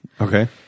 Okay